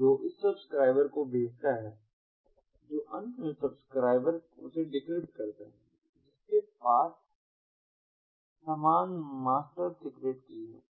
जो इसे सब्सक्राइबर को भेजता है जो अंत में सब्सक्राइबर उसे डिक्रिप्ट करता है जिसके पास समान मास्टर सीक्रेट की है